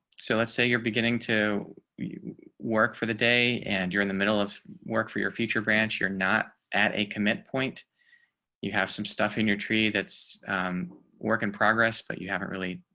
so let's say you're beginning to work for the day and you're in the middle of work for your future grants, you're not at a committed point you have some stuff in your tree that's work in progress, but you haven't really